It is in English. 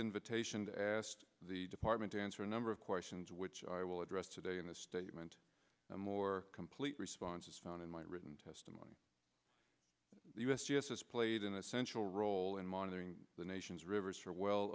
invitation to asked the department to answer a number of questions which i will address today in a statement a more complete response is found in my written testimony the u s g s has played an essential role in monitoring the nation's rivers for well